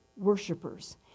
Worshippers